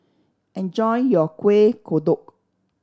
enjoy your Kuih Kodok